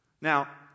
Now